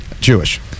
Jewish